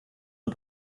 und